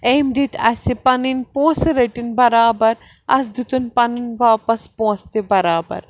أمۍ دِتۍ اَسہِ پنٕنۍ پونٛسہٕ رٔٹِنۍ برابر اَسہِ دیُتُن پَنٕنۍ واپَس پونٛسہٕ تہِ بَرابَر